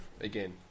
again